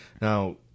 now